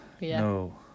No